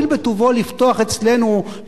לפרוס את מצודתו גם אצלנו,